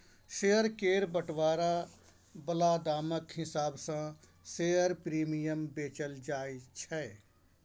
share केर बंटवारा बला दामक हिसाब सँ शेयर प्रीमियम बेचल जाय छै